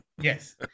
Yes